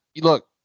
look